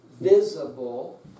visible